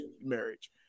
marriage